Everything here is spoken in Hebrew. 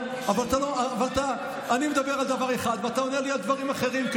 אני מדבר על דבר אחד ואתה עונה לי על דברים אחרים,